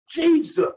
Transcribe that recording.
Jesus